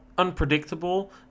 Unpredictable